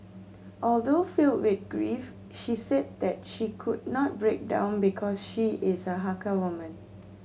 although filled with grief she said that she could not break down because she is a Hakka woman